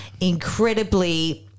incredibly